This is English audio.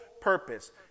purpose